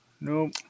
Nope